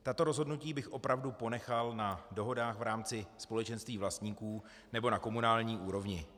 Tato rozhodnutí bych opravdu ponechal na dohodách v rámci společenství vlastníků nebo na komunální úrovni.